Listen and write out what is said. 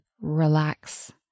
relax